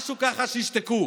משהו, ככה, שישתקו.